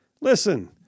listen